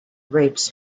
rapes